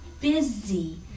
busy